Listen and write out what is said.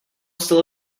still